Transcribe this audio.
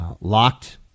locked